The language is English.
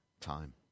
time